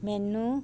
ਮੈਨੂੰ